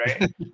right